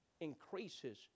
increases